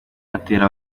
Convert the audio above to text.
atera